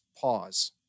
pause